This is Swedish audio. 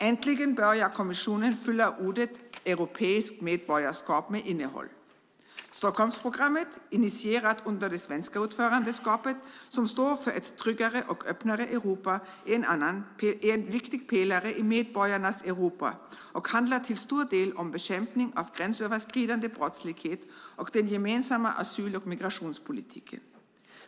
Äntligen börjar kommissionen fylla orden europeiskt medborgarskap med innehåll. Stockholmsprogrammet, initierat under det svenska ordförandeskapet, som står för ett tryggare och öppnare Europa är en viktig pelare i medborgarnas Europa. Det handlar till stor del om bekämpning av gränsöverskridande brottslighet och om den gemensamma asyl och migrationspolitiken.